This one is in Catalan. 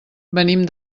venim